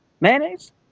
Mayonnaise